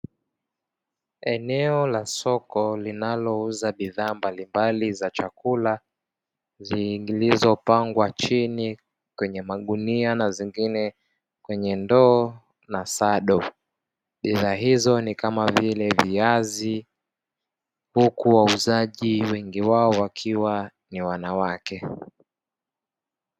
Eneo la soko linalouza bidhaa mbalimbali za chakula, zilizopangwa kwa chini kwenye magunia na nyingine kwenye ndoo na sado. Bidhaa hizo ni kamavile viazi, huku wauzaji wengi wao wakiwa ni wanawake.